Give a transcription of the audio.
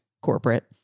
corporate